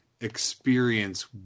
experience